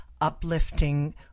uplifting